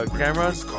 cameras